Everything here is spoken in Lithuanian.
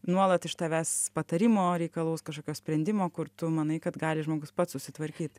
nuolat iš tavęs patarimo reikalaus kažkokio sprendimo kur tu manai kad gali žmogus pats susitvarkyt